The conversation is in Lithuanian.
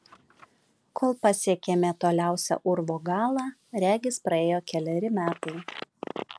kol pasiekėme toliausią urvo galą regis praėjo keleri metai